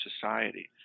society –